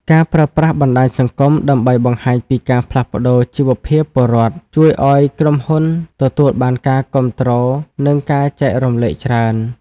ការប្រើប្រាស់បណ្ដាញសង្គមដើម្បីបង្ហាញពីការផ្លាស់ប្តូរជីវភាពពលរដ្ឋ ជួយឱ្យក្រុមហ៊ុនទទួលបានការគាំទ្រ និងការចែករំលែកច្រើន។